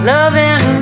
Loving